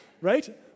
Right